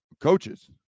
coaches